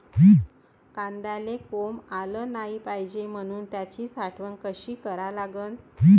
कांद्याले कोंब आलं नाई पायजे म्हनून त्याची साठवन कशी करा लागन?